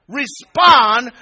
respond